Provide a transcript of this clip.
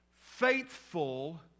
Faithful